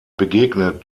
begegnet